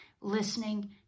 listening